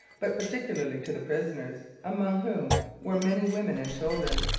but particularly to the prisoners, among whom were many women and children.